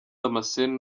damascene